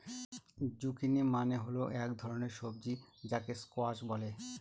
zucchini মানে হল এক ধরনের সবজি যাকে স্কোয়াশ বলে